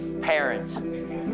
parent